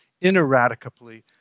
ineradicably